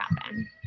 happen